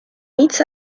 niets